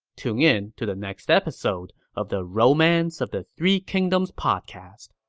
tune in to the next episode of the romance of the three kingdoms podcast.